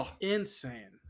insane